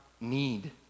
need